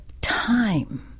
time